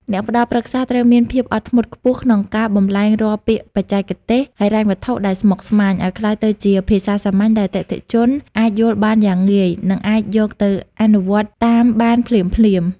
អ្នកផ្ដល់ប្រឹក្សាត្រូវមានភាពអត់ធ្មត់ខ្ពស់ក្នុងការបម្លែងរាល់ពាក្យបច្ចេកទេសហិរញ្ញវត្ថុដែលស្មុគស្មាញ ឱ្យក្លាយទៅជាភាសាសាមញ្ញដែលអតិថិជនអាចយល់បានយ៉ាងងាយ និងអាចយកទៅអនុវត្តតាមបានភ្លាមៗ។